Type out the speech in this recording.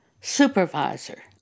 supervisor